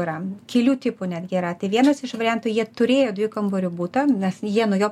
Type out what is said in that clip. yra kelių tipų netgi yra tai vienas iš variantų jie turėjo dviejų kambarių butą nes jie nuo jo